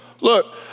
Look